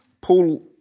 Paul